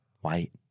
White